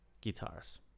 guitars